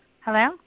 Hello